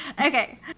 Okay